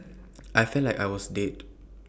I felt like I was dead